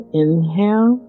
inhale